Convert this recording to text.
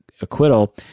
acquittal